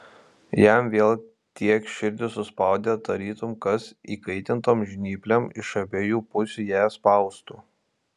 jam vėl tiek širdį suspaudė tarytum kas įkaitintom žnyplėm iš abiejų pusių ją spaustų